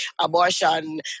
abortion